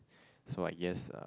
so I guess